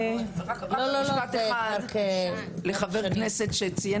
משפט אחד לחבר הכנסת שאמר